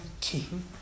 King